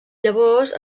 llavors